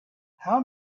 how